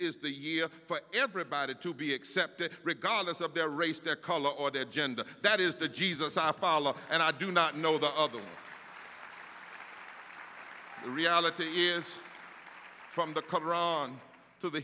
is the year for everybody to be accepted regardless of their race their color or their gender that is the jesus i follow and i do not know the of the e u reality is from the cover on to the